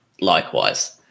likewise